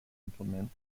implement